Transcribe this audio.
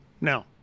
No